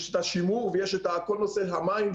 יש השימור וכל נושא המים,